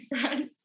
friends